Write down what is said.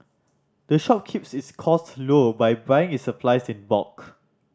the shop keeps its costs low by buying its supplies in the bulk